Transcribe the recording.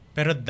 Pero